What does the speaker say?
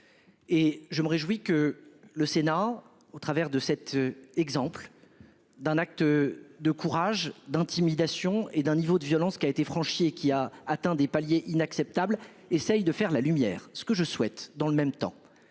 Et je me réjouis que le Sénat, au travers de cet exemple. D'un acte de courage d'intimidation et d'un niveau de violence qui a été franchi et qui a atteint des paliers inacceptable essaye de faire la lumière. Ce que je souhaite dans le même temps,